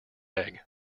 egg